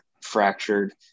fractured